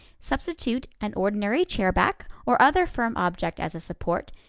substitute an ordinary chairback or other firm object as a support,